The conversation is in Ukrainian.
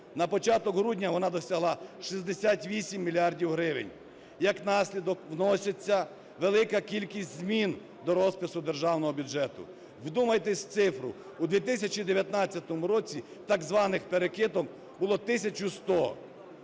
На початок грудня вона досягла 68 мільярдів гривень. Як наслідок, вноситься велика кількість змін до розпису Державного бюджету. Вдумайтесь в цифру: У 2019 році так званих перекидок було 1100.